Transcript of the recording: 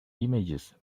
images